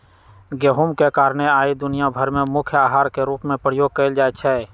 गेहूम के कारणे आइ दुनिया भर में मुख्य अहार के रूप में प्रयोग कएल जाइ छइ